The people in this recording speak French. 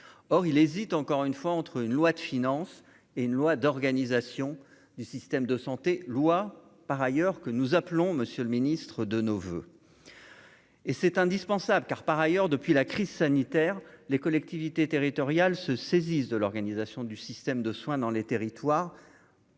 or il hésite encore une fois, entre une loi de finances et une loi d'organisation du système de santé loi par ailleurs que nous appelons Monsieur le Ministre de nos voeux et c'est indispensable car, par ailleurs, depuis la crise sanitaire, les collectivités territoriales se saisisse de l'organisation du système de soins dans les territoires.